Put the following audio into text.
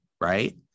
Right